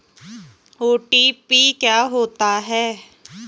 OTP क्या होता है?